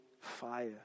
fire